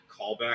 callback